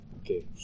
Okay